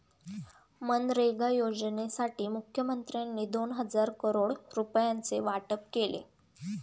मनरेगा योजनेसाठी मुखमंत्र्यांनी दोन हजार करोड रुपयांचे वाटप केले